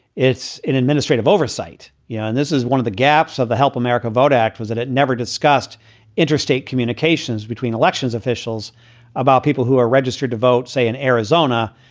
it's an administrative oversight. yeah. and this is one of the gaps of the help america vote act was that it never discussed interstate communications between elections officials about people who are registered to vote, say, in arizona,